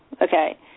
okay